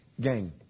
Gang